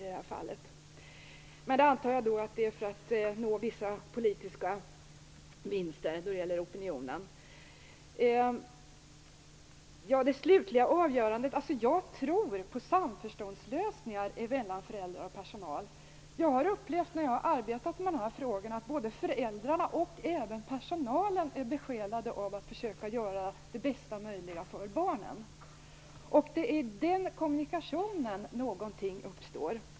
Jag antar att det beror på att man vill nå vissa politiska vinster i opinionen. Jag tror på samförståndslösningar mellan föräldrar och personal. När jag arbetat med de här frågorna har jag upplevt att både föräldrar och personal är besjälade av en strävan att försöka göra det bästa möjliga för barnen. Det är i den kommunikationen som något uppstår.